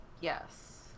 Yes